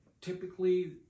typically